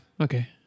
Okay